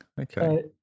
Okay